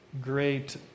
great